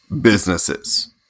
businesses